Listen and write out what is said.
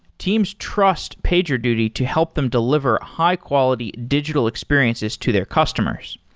teams trust pagerduty to help them deliver high-quality digital experiences to their customers.